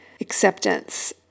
acceptance